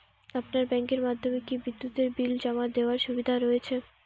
আপনার ব্যাংকের মাধ্যমে কি বিদ্যুতের বিল জমা দেওয়ার সুবিধা রয়েছে?